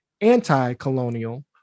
anti-colonial